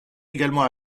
également